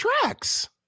tracks